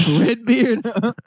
Redbeard